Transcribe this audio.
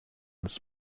this